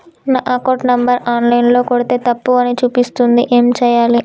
నా account number online ల కొడ్తే తప్పు అని చూపిస్తాంది ఏం చేయాలి?